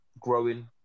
growing